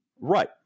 Right